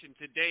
Today